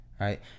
right